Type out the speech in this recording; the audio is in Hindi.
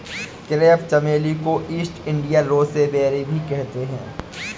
क्रेप चमेली को ईस्ट इंडिया रोसेबेरी भी कहते हैं